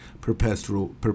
perpetual